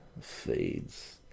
fades